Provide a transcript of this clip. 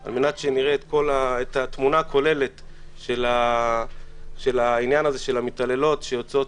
על מנת שנראה את התמונה הכוללת של העניין הזה של המתעללות שיוצאות,